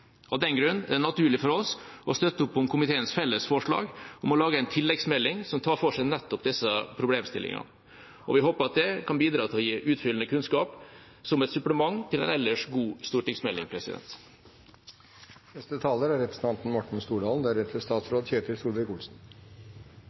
Av den grunn er det naturlig for oss å støtte opp om komiteens felles forslag om å lage en tilleggsmelding som tar for seg nettopp disse problemstillingene, og vi håper at det kan bidra til å gi utfyllende kunnskap, som et supplement til en ellers god stortingsmelding.